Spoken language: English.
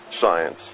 science